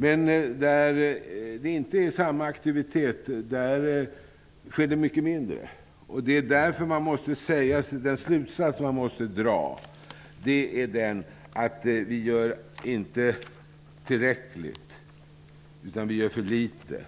Men där aktiviteten inte är lika stor, där händer det mycket mindre. Den slutsats man måste dra är att vi inte gör tillräckligt. I stället gör vi för litet.